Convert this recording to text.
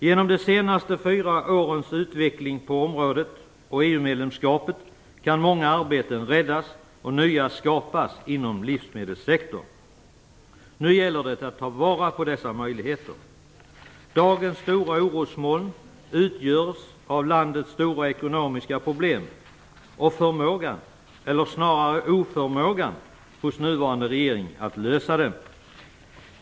Genom de senaste fyra årens utveckling på området och EU-medlemskapet kan många arbeten räddas och nya skapas inom livsmedelssektorn. Nu gäller det att ta vara på dessa möjligheter. Dagens stora orosmoln utgörs av landets svåra ekonomiska problem och förmågan, eller snarare oförmågan, hos nuvarande regering att lösa dem.